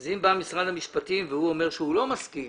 אם בא משרד המשפטים ואומר שהוא לא מסכים,